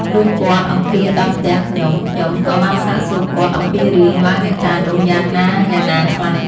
លុះគាត់អង្គាសដល់ផ្ទះខ្ញុំៗ ក៏បានសាកសួរគាត់ អំពីរឿង ឡើងអ្នកតានោះយ៉ាងណាៗខ្លះ?។